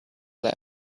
left